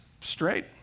straight